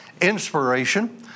inspiration